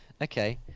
Okay